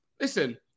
listen